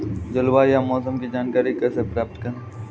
जलवायु या मौसम की जानकारी कैसे प्राप्त करें?